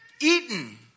eaten